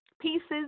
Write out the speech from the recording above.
pieces